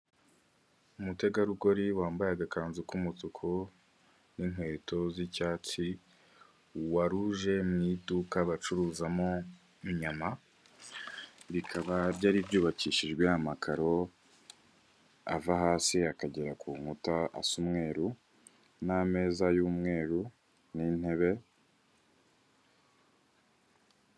Umutegarugori wambaye agakanzu k'umutuku n'inkweto z'icyatsi waruje mu iduka bacuruzamo inyama rikaba ryari ryubakishijwe amakaro ava hasi akagera ku nkuta asa umweru n'ameza y'umweru n'intebe.